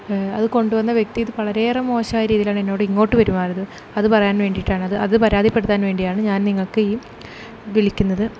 അതു കൊണ്ട് വന്ന വ്യക്തി ഇത് വളരെ ഏറെ മോശമായ രീതിയിലാണ് എന്നോട് ഇങ്ങോട്ട് പെരുമാറിയത് അത് പറയാൻ വേണ്ടിയിട്ടാണ് അത് പരാതിപ്പെടാൻ വേണ്ടിയാണ് ഞാൻ നിങ്ങൾക്ക് ഈ വിളിക്കുന്നത്